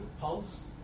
Pulse